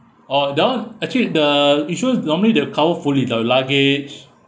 oh that [one] actually the insurance normally they will cover fully the luggage